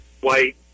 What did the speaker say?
white